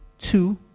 two